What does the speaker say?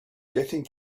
getting